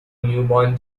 newborn